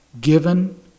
Given